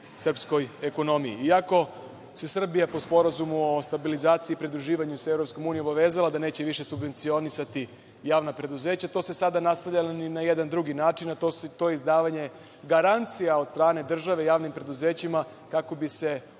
srpskoj ekonomiji. Iako se Srbija po Sporazumu o stabilizaciji i pridruživanju sa EU obavezala da neće više subvencionisati javna preduzeća, to se sada nastavlja na jedan drugi način, a to je izdavanje garancija od strane države javnim preduzećima kako bi se